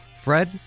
Fred